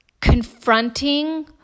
confronting